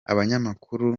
abanyamakuru